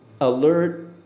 alert